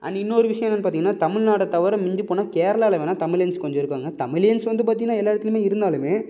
and இன்னொரு விஷயம் என்னென்னு பார்த்தீங்கன்னா தமிழ்நாடை தவிர மிஞ்சி போனால் கேரளாவில் வேணால் தமிழியன்ஸ் கொஞ்சம் இருக்காங்க தமிழியன்ஸ் வந்து பார்த்தீங்கன்னா எல்லா இடத்துலையுமே இருந்தாலுமே